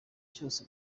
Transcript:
cyose